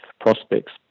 prospects